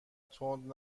تند